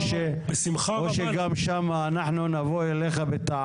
אנחנו נשלח.